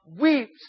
weeps